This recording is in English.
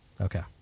Okay